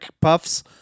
puffs